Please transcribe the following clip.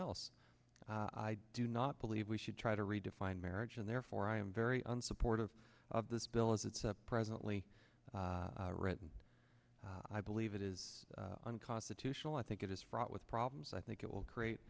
else i do not believe we should try to redefine marriage and therefore i am very unsupportive of this bill as it's presently written i believe it is unconstitutional i think it is fraught with problems i think it will create